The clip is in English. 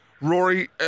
Rory